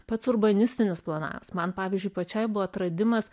pats urbanistinis planavimas man pavyzdžiui pačiai buvo atradimas